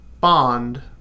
Bond